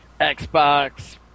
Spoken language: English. Xbox